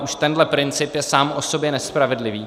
Už tenhle princip je sám o sobě nespravedlivý.